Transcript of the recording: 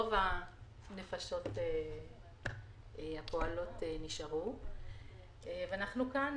רוב הנפשות הפועלות נשארו ואנחנו כאן